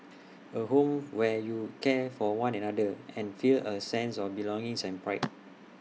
A home where you care for one another and feel A sense of belongings and pride